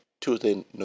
Tuesday